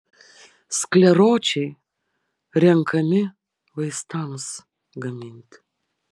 skleročiai renkami vaistams gaminti